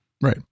Right